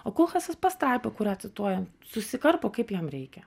o kolchasas pastraipą kurią cituoja susikarpo kaip jam reikia